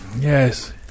Yes